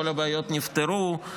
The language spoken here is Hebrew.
כל הבעיות נפתרו.